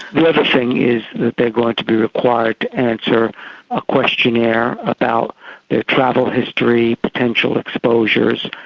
the other thing is that they are going to be required to answer a questionnaire about their travel history, potential exposures.